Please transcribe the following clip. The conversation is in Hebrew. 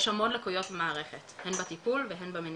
יש המון לקויות במערכת, הן בטיפול והן במניעה.